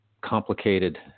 complicated